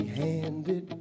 handed